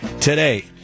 today